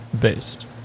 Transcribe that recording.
Based